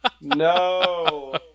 No